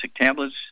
tablets